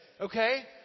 okay